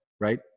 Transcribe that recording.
right